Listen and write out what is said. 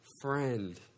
Friend